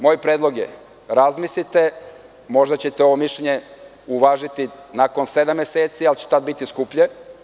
Moji predlog je – razmislite, možda ćete ovo mišljenje uvažiti nakon sedam meseci, ali će tada biti skuplje.